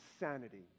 insanity